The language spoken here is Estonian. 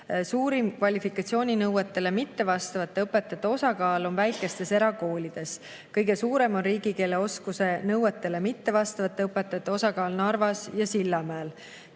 Suurim kvalifikatsiooninõuetele mittevastavate õpetajate osakaal on väikestes erakoolides. Kõige suurem riigikeele oskuse nõuetele mittevastavate õpetajate osakaal on Narvas ja Sillamäel.